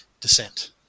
descent